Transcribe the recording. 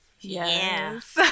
Yes